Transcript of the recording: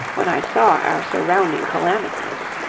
when i saw our surrounding calamities.